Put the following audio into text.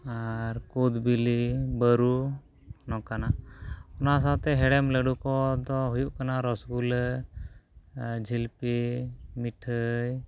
ᱟᱨ ᱠᱩᱫᱽ ᱵᱤᱞᱤ ᱵᱟᱹᱨᱩ ᱱᱚᱝᱠᱟᱱᱟᱜ ᱚᱱᱟ ᱥᱟᱶᱛᱮ ᱦᱮᱲᱮᱢ ᱞᱟᱹᱰᱩ ᱠᱚᱫᱚ ᱦᱩᱭᱩᱜ ᱠᱟᱱᱟ ᱨᱚᱥ ᱜᱩᱞᱞᱟᱹ ᱡᱷᱤᱞᱯᱤ ᱢᱤᱴᱷᱟᱹᱭ